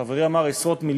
חברי אמר עשרות-מיליונים,